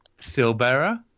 Silbera